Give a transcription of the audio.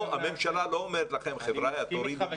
הממשלה לא אומרת לכם תורידו --- אני מסכים אתך,